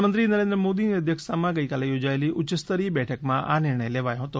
પ્રધાનમંત્રી નરેન્દ્ર મોદીની અધ્યક્ષતામાં ગઈકાલે યોજાયેલી ઉચ્ય સ્તરીય બેઠકમાં આ નિર્ણય લેવાયો હતો